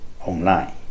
online